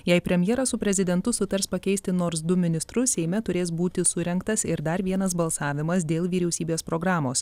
jei premjeras su prezidentu sutars pakeisti nors du ministrus seime turės būti surengtas ir dar vienas balsavimas dėl vyriausybės programos